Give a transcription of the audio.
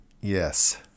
Yes